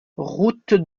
route